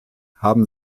haben